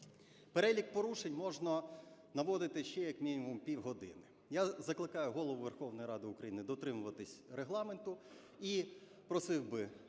Перелік порушень можна наводити ще як мінімум півгодини. Я закликаю Голову Верховної Ради України дотримуватись Регламенту, і просив би